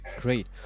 great